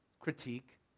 critique